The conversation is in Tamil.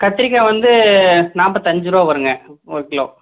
கத்திரிக்காய் வந்து நாற்பத்தஞ்சிருவா வரும்ங்க ஒரு கிலோ